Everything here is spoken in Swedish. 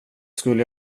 skulle